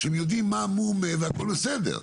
שהם יודעים מה מו מה והכל בסדר?